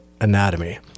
anatomy